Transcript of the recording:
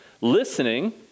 Listening